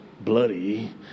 bloody